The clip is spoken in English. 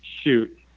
shoot